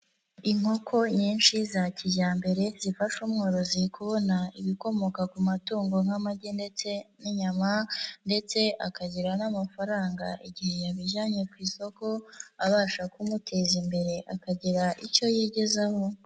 Inkoko nyinshi za kijyambere zifasha umworozi kubona ibikomoka ku matungo nk'amagi ndetse n'inyama ndetse akagira n'amafaranga igihe yabijyanye ku isoko, abasha kumuteza imbere akagira icyo yigezaho.